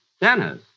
Dennis